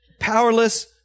powerless